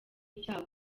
icyaha